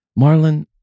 Marlon